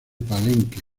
palenque